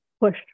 push